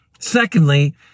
Secondly